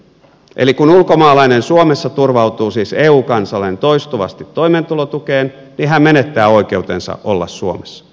eli kun ulkomaalainen siis eu kansalainen suomessa turvautuu toistuvasti toimeentulotukeen niin hän menettää oikeutensa olla suomessa